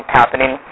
happening